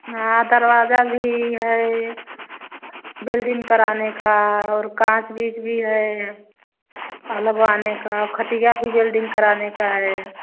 हाँ दरवाज़ा भी है बेल्डिंग कराने का और काँच बीज भी है मतलब वह आने का खटिया भी बेल्डिंग कराने का है